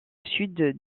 sud